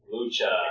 Lucha